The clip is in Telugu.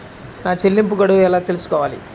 నా చెల్లింపు గడువు ఎలా తెలుసుకోవాలి?